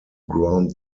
ground